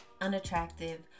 unattractive